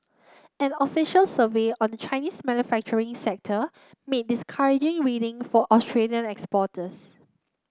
an official survey on the Chinese manufacturing sector made discouraging reading for Australian exporters